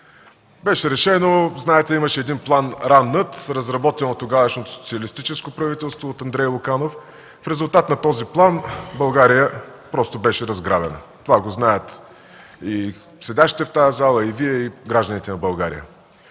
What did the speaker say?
Беше решено – знаете, имаше един План „Ран-Ът”, разработен от Андрей Луканов, от тогавашното социалистическо правителство. В резултат на този план България просто беше разграбена. Това го знаят и седящите в тази зала, и Вие, и гражданите в България.